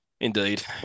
indeed